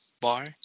bar